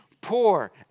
Poor